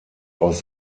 aus